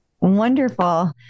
Wonderful